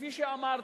שכפי שאמרתי,